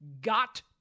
got